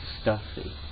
stuffy